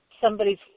somebody's